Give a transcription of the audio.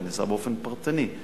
זה נעשה באופן פרטני,